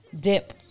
Dip